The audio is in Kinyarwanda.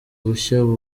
bushya